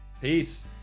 Peace